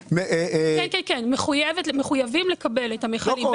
הם מחויבים לקבל את המיכלים,